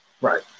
Right